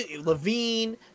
Levine